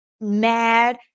mad